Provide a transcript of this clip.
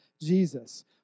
Jesus